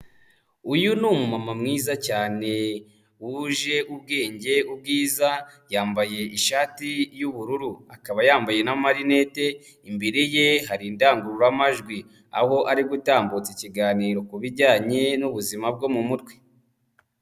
Uyu ni umumama mwiza cyane. wuje ubwenge, ubwiza, yambaye ishati y'ubururu, akaba yambaye n'amarinete, imbere ye hari indangururamajwi aho ari gutambutsa ikiganiro ku bijyanye n'ubuzima bwo mu mutwe.